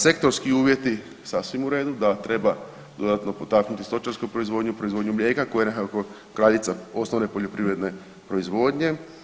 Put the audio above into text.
Sektorski uvjeti sasvim u redu da treba dodatno potaknuti stočarsku proizvodnju, proizvodnju mlijeka koja je nekako kraljica osnovne poljoprivredne proizvodnje.